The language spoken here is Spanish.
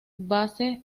base